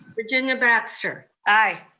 virginia baxter. aye.